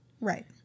Right